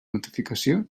notificació